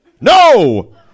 no